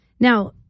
Now